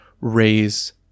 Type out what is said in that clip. raise